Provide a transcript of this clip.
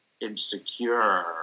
insecure